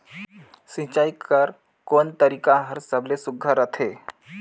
सिंचाई कर कोन तरीका हर सबले सुघ्घर रथे?